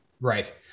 right